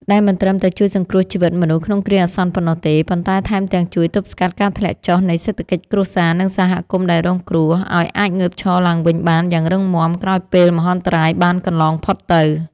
ដែលមិនត្រឹមតែជួយសង្គ្រោះជីវិតមនុស្សក្នុងគ្រាអាសន្នប៉ុណ្ណោះទេ ប៉ុន្តែថែមទាំងជួយទប់ស្កាត់ការធ្លាក់ចុះនៃសេដ្ឋកិច្ចគ្រួសារ និងសហគមន៍ដែលរងគ្រោះ ឱ្យអាចងើបឈរឡើងវិញបានយ៉ាងរឹងមាំក្រោយពេលមហន្តរាយបានកន្លងផុតទៅ។